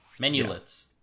Menulets